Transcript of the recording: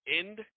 end